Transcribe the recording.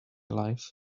life